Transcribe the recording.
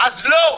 אז לא,